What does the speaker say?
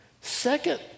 second